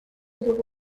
dugu